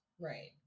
Right